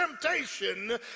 temptation